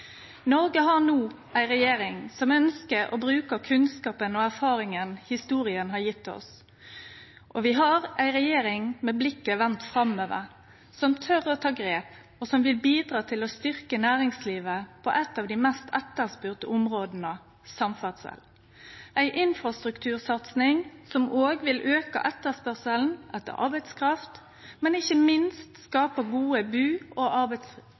Noreg har no ei regjering som ønskjer å bruke kunnskapen og erfaringa historia har gitt oss, og vi har ei regjering som har blikket vendt framover, som tør å ta grep, og som vil bidra til å styrkje næringslivet på eit av dei mest etterspurte områda: samferdsel. Det er ei infrastruktursatsing som òg vil auke etterspørselen etter arbeidskraft, men ikkje minst skape gode bu- og